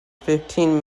fifteen